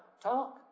talk